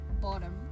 bottom